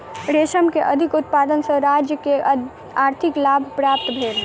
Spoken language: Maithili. रेशम के अधिक उत्पादन सॅ राज्य के आर्थिक लाभ प्राप्त भेल